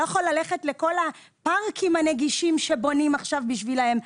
יכול ללכת לכל הפארקים הנגישים שבונים עכשיו בשבילם?